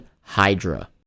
hydra